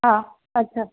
हा अच्छा